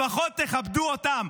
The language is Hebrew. לפחות תכבדו אותם.